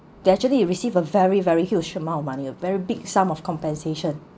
they actually receive a very very huge amount of money a very big sum of compensation